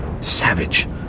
savage